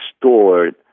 stored